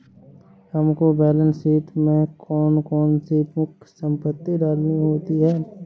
हमको balance sheet में कौन कौन सी मुख्य संपत्ति डालनी होती है?